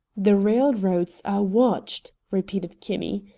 the railroads are watched, repeated kinney.